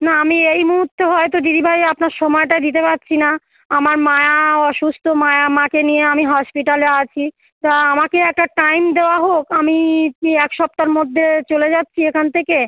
না আমি এই মুহুর্তে হয়তো দিদিভাই আপনার সময়টা দিতে পারছি না আমার মায়া অসুস্থ মায়া মাকে নিয়ে আমি হসপিটালে আছি তা আমাকে একটা টাইম দেওয়া হোক আমি কি এক সপ্তাহর মধ্যে চলে যাচ্ছি এখান থেকে